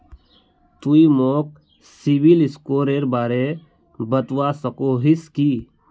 तुई मोक सिबिल स्कोरेर बारे बतवा सकोहिस कि?